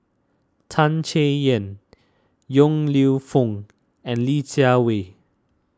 Tan Chay Yan Yong Lew Foong and Li Jiawei